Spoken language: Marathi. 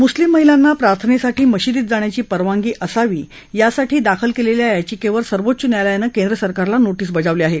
मुस्लीम महिलांना प्रार्थनेसाठी मशिदीत जाण्याची परवानगी असावी यासाठी दाखल केलेल्या याचिकेवर सर्वोच्च न्यायालयानं केंद्रसरकारला नोटीस बजावली आहे